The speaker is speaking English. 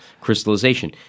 crystallization